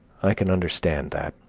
i can understand that.